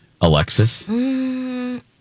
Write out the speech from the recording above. Alexis